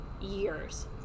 years